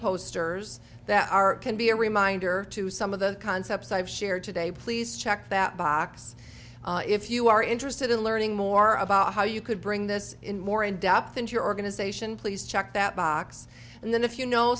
posters that are can be a reminder to some of the concepts i've shared today please check that box if you are interested in learning more about how you could bring this in more in depth into your organization please check that box and then if you know